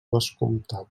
vescomtat